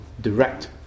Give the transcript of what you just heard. direct